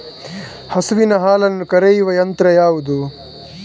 ಹಸುವಿನ ಹಾಲನ್ನು ಕರೆಯುವ ಯಂತ್ರ ಯಾವುದು?